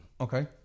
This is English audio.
Okay